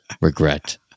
Regret